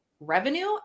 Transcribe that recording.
revenue